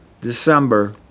December